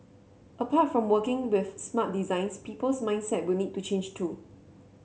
apart from working with smart designs people's mindset will need to change too